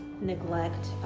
Neglect